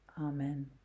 Amen